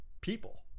people